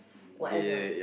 whatever